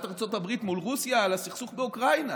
ארצות הברית מול רוסיה על הסכסוך באוקראינה.